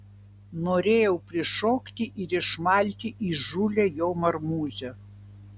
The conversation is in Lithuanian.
norėjau prišokti ir išmalti įžūlią jo marmūzę